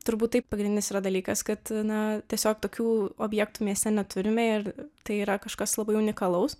turbūt tai pagrindinis yra dalykas kad na tiesiog tokių objektų mieste neturime ir tai yra kažkas labai unikalaus